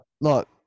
Look